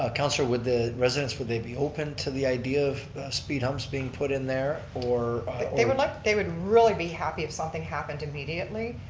ah councillor, would the residents, would they be open to the idea of speed humps being put in there or they would like, they would really be happy if something happened immediately,